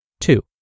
two